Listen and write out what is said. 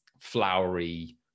flowery